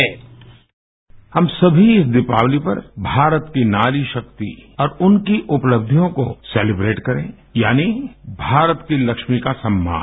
bite हम समी इस दीपावली पर भारत की नारी शक्ति और उनकी उपलब्धियों को सेलिब्रेट करें यानी भारत की लक्ष्मी का सम्मान